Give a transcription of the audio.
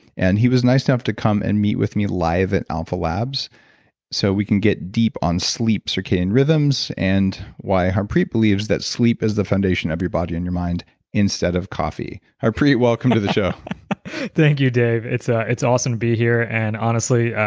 and he was nice enough to come and meet with me live and alpha labs so we can get deep on sleep, circadian rhythms, and why harpreet believes that sleep is the foundation of your body and your mind instead of coffee. harpreet, welcome to the show thank you, dave. it's ah it's awesome to be here, and honestly,